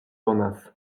donas